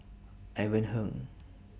Ivan Heng